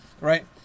right